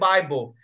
Bible